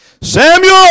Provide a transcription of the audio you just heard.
Samuel